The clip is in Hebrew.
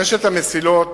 רשת המסילות,